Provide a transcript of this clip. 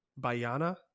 Bayana